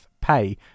pay